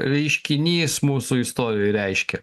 reiškinys mūsų istorijoj reiškia